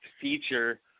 feature